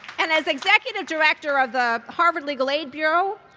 and as executive director of the harvard legal aid bureau,